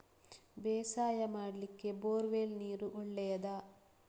ಬೇಸಾಯ ಮಾಡ್ಲಿಕ್ಕೆ bore well ನೀರು ಒಳ್ಳೆಯದಾ?